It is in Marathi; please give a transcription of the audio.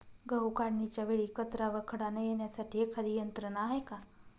गहू काढणीच्या वेळी कचरा व खडा न येण्यासाठी एखादी यंत्रणा आहे का?